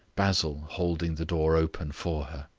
basil holding the door open for her.